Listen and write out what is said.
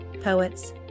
poets